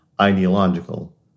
ideological